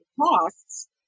costs